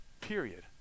Period